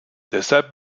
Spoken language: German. deshalb